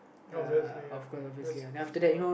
obviously ya that's that's why